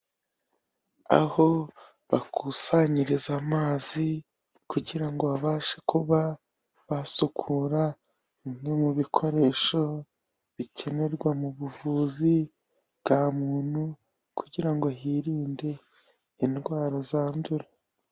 Aho bakusanyiriza amazi, kugira ngo babashe kuba basukura bimwe mu bikoresho bikenerwa mu buvuzi bwa muntu, kugira ngo hirinde indwara zandura.